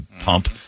pump